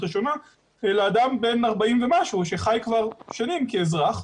ראשונה אלא אדם בן 40 ומשהו שחי כבר שנים כאזרח,